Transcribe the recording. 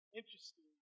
interesting